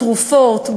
בתרופות,